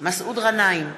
מסעוד גנאים,